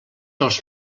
els